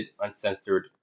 uncensored